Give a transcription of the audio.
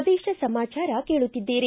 ಪ್ರದೇಶ ಸಮಾಚಾರ ಕೇಳುತ್ತಿದ್ದೀರಿ